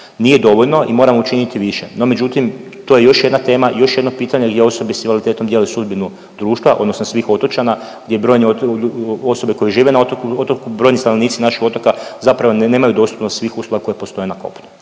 Nije dovoljno i moramo učiniti više, no međutim, to je još jedna tema i još jedno pitanje gdje osobe s invaliditetom dijele sudbinu društva odnosno svih otočana gdje brojni, osobe koje žive na otoku, brojni stanovnici naših otoka zapravo i nemaju dostupnost svih usluga koje postoje na kopnu.